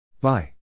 Bye